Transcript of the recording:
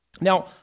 Now